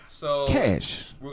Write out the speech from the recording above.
Cash